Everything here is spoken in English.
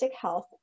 health